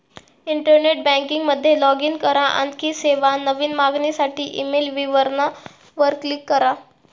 internet banking मध्ये log in करा, आणखी सेवा, नवीन मागणीसाठी ईमेल विवरणा वर क्लिक करा